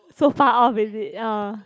so far of visit uh